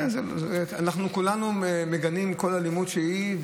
אנחנו כולנו מגנים כל אלימות שהיא,